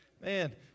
Man